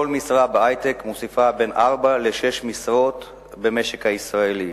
כל משרה בהיי-טק מוסיפה בין ארבע לשש משרות במשק הישראלי.